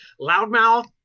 loudmouth